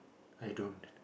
I don't